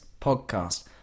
podcast